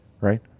right